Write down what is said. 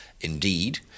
indeed